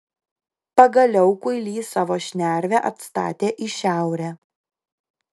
pagaliau kuilys savo šnervę atstatė į šiaurę